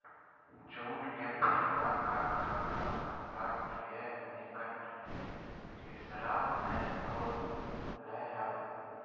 jute के पहला कारखाना कलकत्ता के निकट रिसरा में खुल लय हल